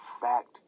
fact